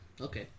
Okay